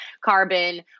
carbon